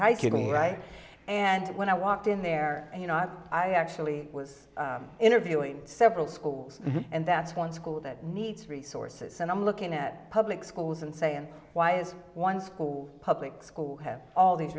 sitting right and when i walked in there you know i actually was interviewing several schools and that's one school that needs resources and i'm looking at public schools and saying why is one school public schools have all these